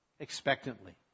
Expectantly